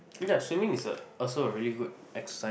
ya swimming is a also a really good exercise